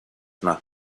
nach